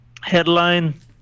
headline